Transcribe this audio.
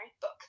book